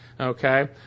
Okay